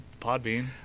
Podbean